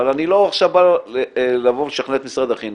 אבל אני לא בא לשכנע את משרד החינוך.